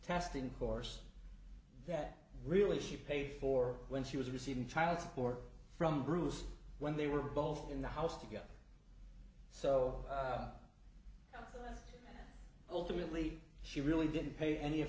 testing course that really should pay for when she was receiving child support from bruce when they were both in the house together so ultimately she really didn't pay any of